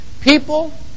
People